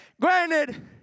granted